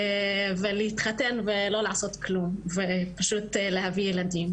ולהתחתן ולא לעשות כלום, פשוט להביא ילדים.